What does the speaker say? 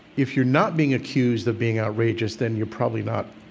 if you're not being accused of being outrageous, then you're probably not